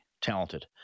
talented